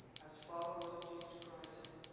as followers of jesus christ,